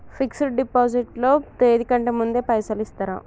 Fix డ్ deposit లో తేది కంటే ముందే పైసలు ఇత్తరా?